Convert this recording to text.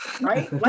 right